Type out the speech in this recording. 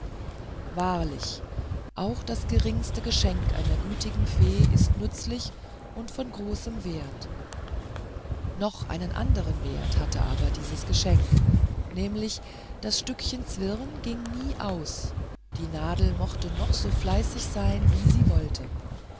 wahrlich auch das geringste geschenk einer gütigen fee ist nützlich und von großem wert noch einen anderen wert hatte aber dies geschenk nämlich das stückchen zwirn ging nie aus die nadel mochte so fleißig sein als sie wollte